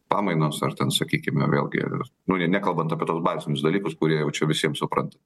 pamainos ar ten sakykime vėlgi nu jei nekalbant apie tuos bazinius dalykus kurie jau čia visiem supranta